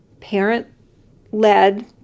parent-led